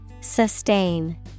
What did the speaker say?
Sustain